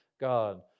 God